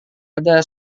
ada